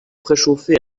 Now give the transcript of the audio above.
préchauffé